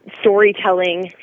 storytelling